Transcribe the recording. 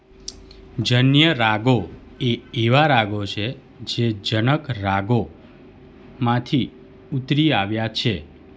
જન્ય રાગો એ એવા રાગો છે જે જનક રાગોમાંથી ઉતરી આવ્યા છે